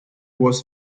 was